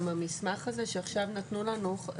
גם המסמך הזה שעכשיו נתנו לנו,